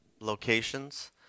locations